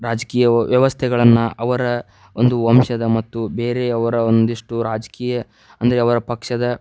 ರಾಜಕೀಯ ವ್ಯವಸ್ಥೆಗಳನ್ನು ಅವರ ಒಂದು ವಂಶದ ಮತ್ತು ಬೇರೆಯವರ ಒಂದಿಷ್ಟು ರಾಜಕೀಯ ಅಂದರೆ ಅವರ ಪಕ್ಷದ